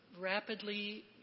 rapidly